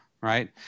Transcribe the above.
right